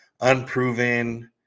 unproven